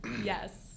Yes